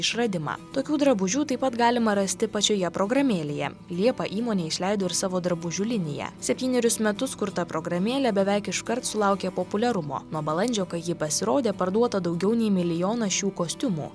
išradimą tokių drabužių taip pat galima rasti pačioje programėlėje liepą įmonė išleido ir savo drabužių liniją septynerius metus kurta programėlė beveik iškart sulaukė populiarumo nuo balandžio kai ji pasirodė parduota daugiau nei milijonas šių kostiumų